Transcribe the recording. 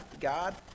God